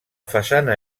façana